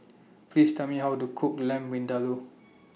Please Tell Me How to Cook Lamb Vindaloo